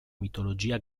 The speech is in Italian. mitologia